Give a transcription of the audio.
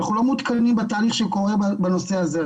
אנחנו לא מעודכנים בתהליך שקורה בנושא הזה.